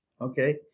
Okay